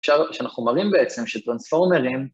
שאנחנו מראים בעצם שטרנספורמרים...